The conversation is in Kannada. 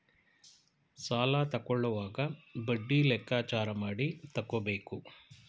ಸಾಲ ತಕ್ಕೊಳ್ಳೋವಾಗ ಬಡ್ಡಿ ಲೆಕ್ಕಾಚಾರ ಮಾಡಿ ತಕ್ಕೊಬೇಕು